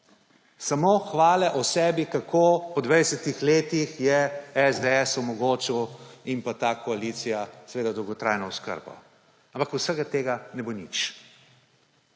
Samo hvale o sebi, kako po 20-ih letih je SDS omogočil, in pa ta koalicija, seveda dolgotrajno oskrbo. Ampak vsega ne bo nič.